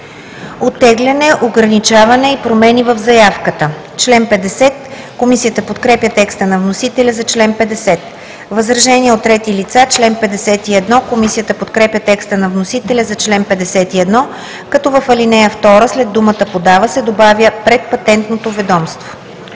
Оттегляне, ограничаване и промени в заявката“. Комисията подкрепя текста на вносителя за чл. 50. „Член 51 – Възражения от трети лица“. Комисията подкрепя текста на вносителя за чл. 51, като в ал. 2 след думата „подава“ се добавя „пред Патентното ведомство“.